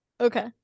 Okay